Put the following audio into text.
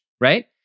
right